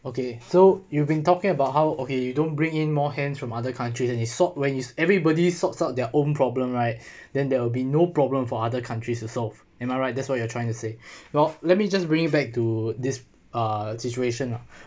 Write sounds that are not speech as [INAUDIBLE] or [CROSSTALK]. okay so you've been talking about how okay you don't bring in more hands from other countries and it sort when it's everybody sorts out their own problem right [BREATH] then there will be no problem for other countries itself am I right that's what you are trying to say well let me just bring it back to this uh situation lah